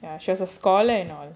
ya she was a scholar and all